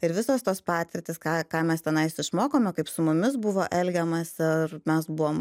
ir visos tos patirtys ką ką mes tenais išmokome kaip su mumis buvo elgiamasi ar mes buvom